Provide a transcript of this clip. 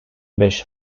beş